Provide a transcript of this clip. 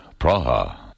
Praha